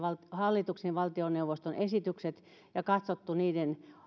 hallituksen valtioneuvoston esitykset ja katsottu niiden